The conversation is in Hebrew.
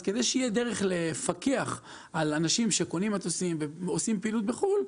כדי שתהיה דרך לפקח על אנשים שקונים מטוסים ועושים פעילות בחו"ל,